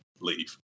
leave